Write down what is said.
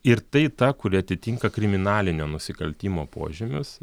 ir tai ta kuri atitinka kriminalinio nusikaltimo požymius